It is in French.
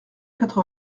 quatre